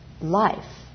life